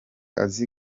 azi